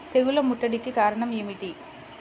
తెగుళ్ల ముట్టడికి కారణం ఏమిటి?